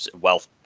wealth